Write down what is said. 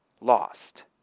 lost